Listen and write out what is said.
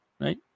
Right